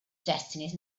destinies